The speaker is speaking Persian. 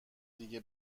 دیگه